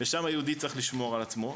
ושם יהודי צריך לשמור על עצמו,